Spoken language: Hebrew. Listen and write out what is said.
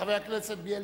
חבר הכנסת בילסקי.